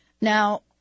Now